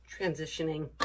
transitioning